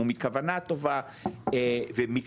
או מכוונה טובה ומקצועית.